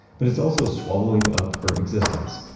but it's also swallowing up her existence.